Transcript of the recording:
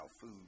food